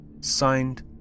Signed